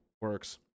works